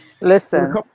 Listen